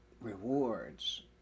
rewards